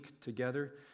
together